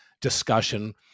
discussion